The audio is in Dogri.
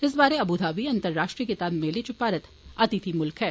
इस बारै अबुधाबी अंतर्राश्ट्रीय कताब मेले च भारत अतिथि मुल्ख ऐ